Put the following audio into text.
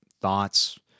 thoughts